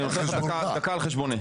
אני נותן לך דקה על חשבוני.